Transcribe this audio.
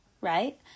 right